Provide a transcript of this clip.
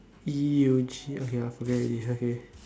E U G okay ah I forget already okay